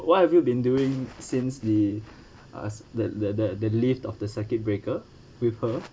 what have you been doing since the uh that that that the lift of the circuit breaker with her